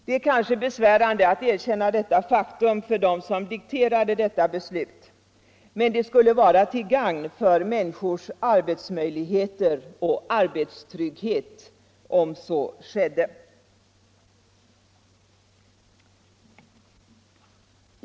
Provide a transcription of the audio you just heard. Det är kanske besvärande för dem som dikterade beslutet att erkänna detta faktum, men det skulle vara till gagn för människors arbetsmöjligheter och arbetstrygghet om så skedde.